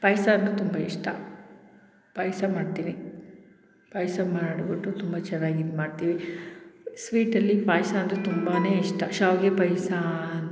ಪಾಯಸ ಅಂದರೆ ತುಂಬ ಇಷ್ಟ ಪಾಯಸ ಮಾಡ್ತೀನಿ ಪಾಯಸ ಮಾಡಿಬಿಟ್ಟು ತುಂಬ ಚೆನ್ನಾಗಿ ಇದು ಮಾಡ್ತೀವಿ ಸ್ವೀಟಲ್ಲಿ ಪಾಯಸ ಅಂದರೆ ತುಂಬನೇ ಇಷ್ಟ ಶಾವಿಗೆ ಪಾಯಸ ಅನ್